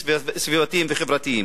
סביבתיים וחברתיים.